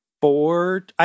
four